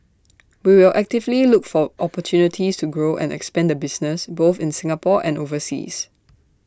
we will actively look for opportunities to grow and expand the business both in Singapore and overseas